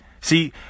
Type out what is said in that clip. See